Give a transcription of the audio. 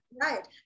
right